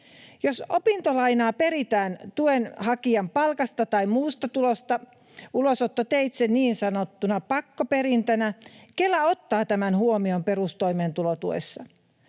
Jos opintolainaa peritään tuenhakijan palkasta tai muusta tulosta ulosottoteitse niin sanottuna pakkoperintänä, Kela ottaa tämän huomioon perustoimeentulotuessa.